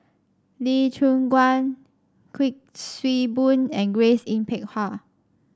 Lee Choon Guan Kuik Swee Boon and Grace Yin Peck Ha